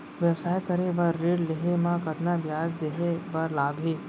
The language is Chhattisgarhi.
व्यवसाय करे बर ऋण लेहे म कतना ब्याज देहे बर लागही?